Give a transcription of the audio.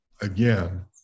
again